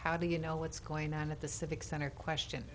how do you know what's going on at the civic center question